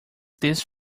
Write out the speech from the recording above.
this